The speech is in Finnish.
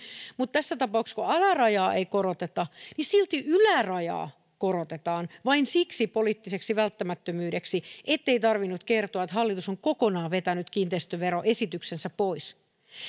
mutta tässä tapauksessa kun alarajaa ei koroteta silti ylärajaa korotetaan vain siitä poliittisesta välttämättömyydestä ettei tarvinnut kertoa että hallitus on kokonaan vetänyt kiinteistöveroesityksensä pois